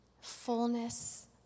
fullness